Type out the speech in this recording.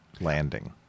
landing